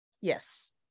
Yes